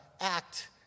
act